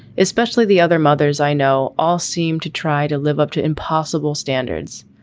especially the other mothers i know all seem to try to live up to impossible standards.